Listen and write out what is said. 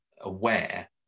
aware